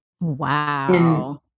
wow